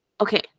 Okay